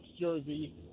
jersey